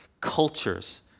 cultures